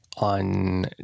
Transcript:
On